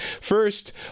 First